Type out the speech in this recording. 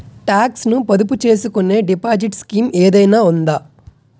Talks ను పొదుపు చేసుకునే డిపాజిట్ స్కీం ఏదైనా ఉందా?